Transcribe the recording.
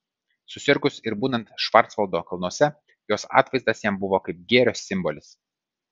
susirgus ir būnant švarcvaldo kalnuose jos atvaizdas jam buvo kaip gėrio simbolis